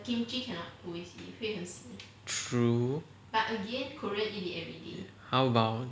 true how about